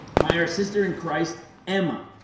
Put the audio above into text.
by our sister in christ, emma,